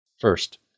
First